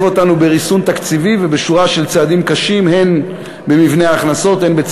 בעד, 23, 48 מתנגדים, אין נמנעים.